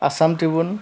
Assam tribune